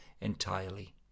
entirely